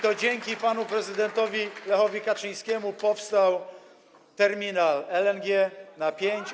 To dzięki panu prezydentowi Lechowi Kaczyńskiemu powstał terminal LNG na pięć.